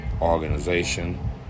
organization